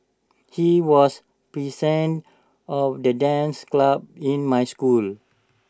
he was present of the dance club in my school